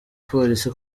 polisi